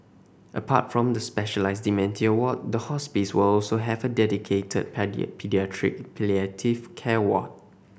apart from the specialised dementia ward the hospice will also have a dedicated paediatric palliative care ward